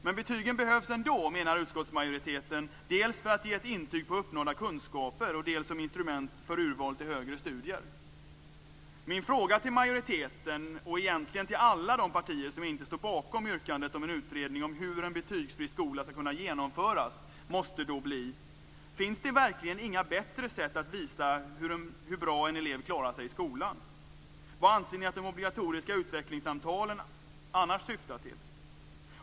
Men betygen behövs ändå, menar utskottsmajoriteten, dels för att ge ett intyg på uppnådda kunskaper, dels som instrument för urval till högre studier. Min fråga till majoriteten - och egentligen till alla de partier som inte står bakom yrkandet om en utredning om hur en betygsfri skola skall kunna genomföras - måste då bli: Finns det verkligen inga bättre sätt att visa hur bra en elev klarar sig i skolan? Vad anser ni att de obligatoriska utvecklingssamtalen annars syftar till?